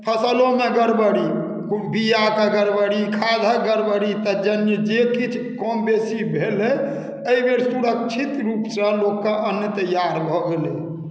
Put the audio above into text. फसलोमे गड़बड़ी बीआके गड़बड़ी खादक गड़बड़ी तद्जन्य जे किछु कम बेसी भेलै एहि बेर सुरक्षित रूपसँ लोकके अन्न तैआर भऽ गेलै